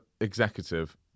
executive